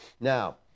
Now